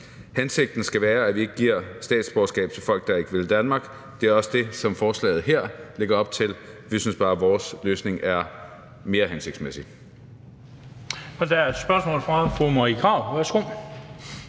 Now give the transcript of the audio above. Hensigten skal være, at vi ikke giver statsborgerskab til folk, der ikke vil Danmark. Det er også det, som forslaget her lægger op til. Vi synes bare, at vores løsning er mere hensigtsmæssig.